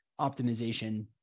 optimization